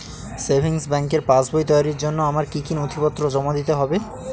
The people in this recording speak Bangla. সেভিংস ব্যাংকের পাসবই তৈরির জন্য আমার কি কি নথিপত্র জমা দিতে হবে?